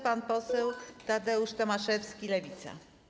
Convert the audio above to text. Pan poseł Tadeusz Tomaszewski, Lewica.